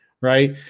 right